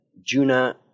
Juna